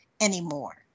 anymore